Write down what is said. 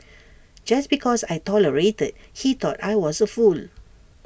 just because I tolerated he thought I was A fool